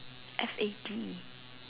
F A D